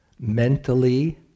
mentally